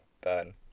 burn